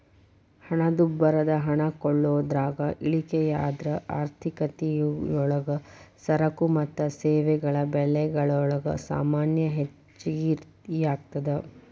ಹಣದುಬ್ಬರದ ಹಣ ಕೊಳ್ಳೋದ್ರಾಗ ಇಳಿಕೆಯಾದ್ರ ಆರ್ಥಿಕತಿಯೊಳಗ ಸರಕು ಮತ್ತ ಸೇವೆಗಳ ಬೆಲೆಗಲೊಳಗ ಸಾಮಾನ್ಯ ಹೆಚ್ಗಿಯಾಗ್ತದ